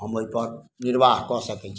हम ओहिपर निर्वाह कऽ सकै छी